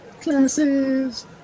Classes